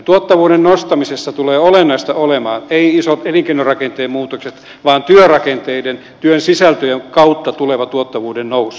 tuottavuuden nostamisessa tulee olennaista olemaan eivät isot elinkeinorakenteen muutokset vaan työn rakenteiden työn sisältöjen kautta tuleva tuottavuuden nousu